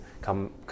come